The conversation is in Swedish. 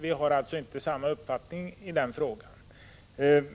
Vi har inte samma uppfattning i den frågan.